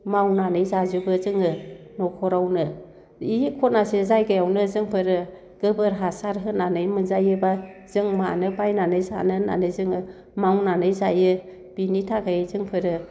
मावनानै जाजोबो जोङो न'खरावनो बि खनासे जायगायावनो जोंफोरो गोबोर हासार होनानै मोनजायोब्ला जों मानो बायनानै जानो होननानै जोङो मावनानै जायो बिनि थाखाय जोंफोरो